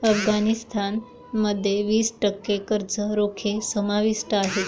अफगाणिस्तान मध्ये वीस टक्के कर्ज रोखे समाविष्ट आहेत